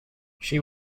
she